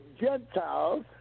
Gentiles